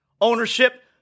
ownership